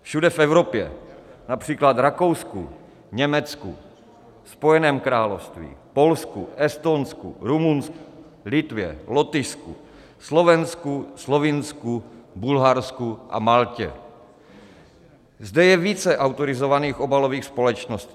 Všude v Evropě, například v Rakousku, Německu, Spojeném království, Polsku, Estonsku, Rumunsku, Litvě, Lotyšsku, Slovensku, Slovinsku, Bulharsku a Maltě zde je více autorizovaných obalových společností.